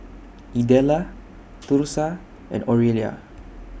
Idella Thursa and Orelia